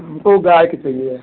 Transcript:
हमको गाय का चाहिए